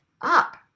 up